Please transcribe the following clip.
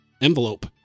envelope